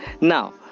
now